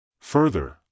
Further